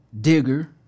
Digger